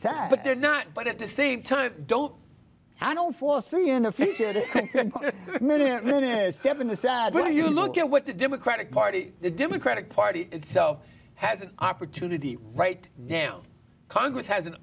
sad but they're not but at the same time don't i don't foresee in a few one million is heaven is that when you look at what the democratic party the democratic party itself has an opportunity right now congress has an